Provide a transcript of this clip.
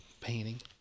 painting